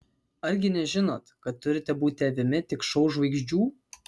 argi nežinot kad turite būti avimi tik šou žvaigždžių